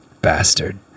bastard